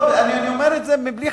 אני אומר את זה מבלי,